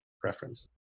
preference